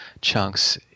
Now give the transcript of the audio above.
chunks